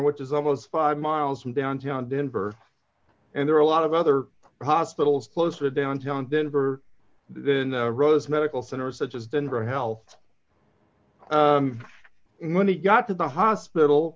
which is almost five miles from downtown denver and there are a lot of other hospitals closer downtown denver than the rose medical center such as denver health when he got to the hospital